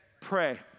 pray